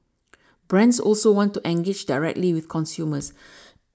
brands also want to engage directly with consumers